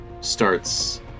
starts